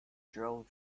drilled